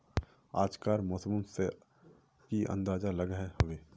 आज कार मौसम से की अंदाज लागोहो होबे?